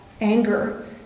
anger